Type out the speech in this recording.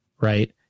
right